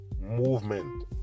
movement